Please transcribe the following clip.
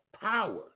power